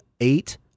eight